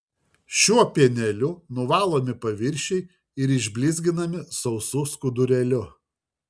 šiuo pieneliu nuvalomi paviršiai ir išblizginami sausu skudurėliu